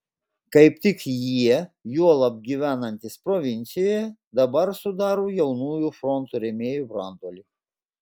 kaip tik jie juolab gyvenantys provincijoje dabar sudaro jaunųjų fronto rėmėjų branduolį